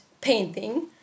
painting